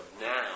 now